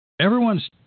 everyone's